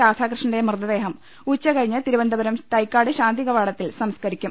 രാധാകൃഷ്ണന്റെ മൃതദേഹം ഉച്ചകഴിഞ്ഞ് തിരുവന്തപുരം തൈക്കാട് ശാന്തികവാടത്തിൽ സംസ്കരിക്കും